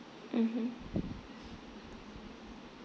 mmhmm